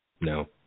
No